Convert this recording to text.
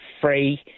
free